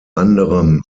anderem